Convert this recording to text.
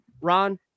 Ron